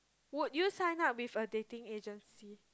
would you sign up with a dating agency